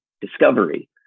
discovery